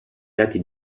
dati